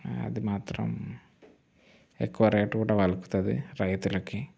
అదిమాత్రం ఎక్కువ రేట్ కూడా పలుకుతుంది రైతులకి